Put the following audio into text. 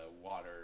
water